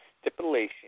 stipulation